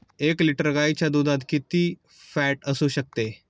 एक लिटर गाईच्या दुधात किती फॅट असू शकते?